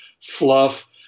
fluff